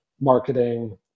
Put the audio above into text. marketing